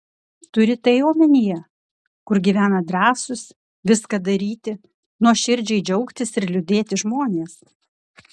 turi tai omenyje kur gyvena drąsūs viską daryti nuoširdžiai džiaugtis ir liūdėti žmonės